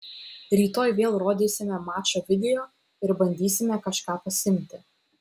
rytoj vėl rodysime mačo video ir bandysime kažką pasiimti